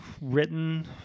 written